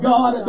God